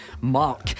Mark